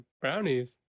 brownies